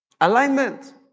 alignment